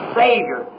savior